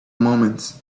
moments